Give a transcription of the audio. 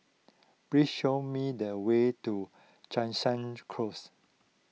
please show me the way to Jansen Close